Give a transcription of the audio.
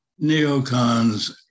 neocons